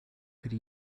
could